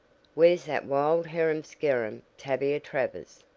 where's that wild harum-scarum tavia travers?